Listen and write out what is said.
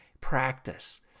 practice